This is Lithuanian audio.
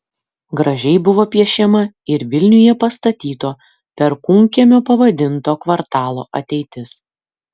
gražiai buvo piešiama ir vilniuje pastatyto perkūnkiemiu pavadinto kvartalo ateitis